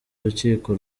urukiko